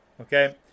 okay